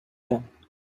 him